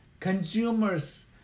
Consumers